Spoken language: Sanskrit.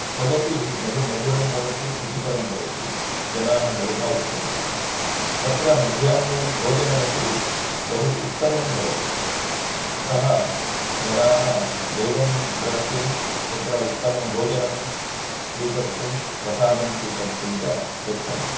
तदपि बहु मधुरं भवति रुचिकरं भवति जनाः बहुधा इच्छन्ति तत्र मध्याह्णे भोजनमपि बहु उत्तमं भवति अतः जनाः देवं द्रष्टुं तत्र उत्तमं भोजनं स्वीकर्तुं प्रसादं स्वीकर्तुञ्च गच्छन्ति